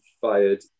fired